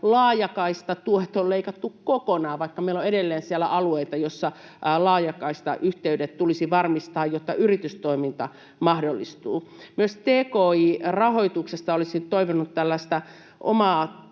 laajakaistatuet on leikattu kokonaan, vaikka meillä on edelleen siellä alueita, missä laajakaistayhteydet tulisi varmistaa, jotta yritystoiminta mahdollistuu. Myös tki-rahoituksesta olisin toivonut tällaista omaa